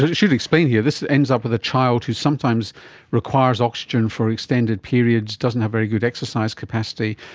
should explain here, this ends up with a child who sometimes requires oxygen for extended periods, doesn't have very good exercise capacity,